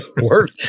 work